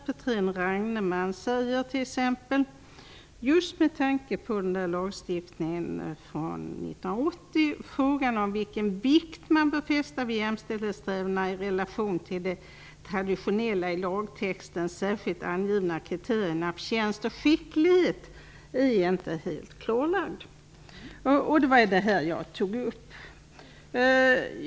Petrén och Ragnemalm säger t.ex., just med tanke på lagstiftningen från 1980, att frågan om vilken vikt man bör fästa vid jämställdhetssträvandena i relation till de traditionella, i lagtexten särskilt angivna kriterierna förtjänst och skicklighet inte är helt klarlagd. Det var det jag tog upp.